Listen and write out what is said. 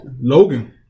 Logan